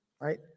right